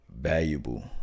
valuable